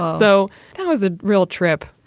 so that was a real trip.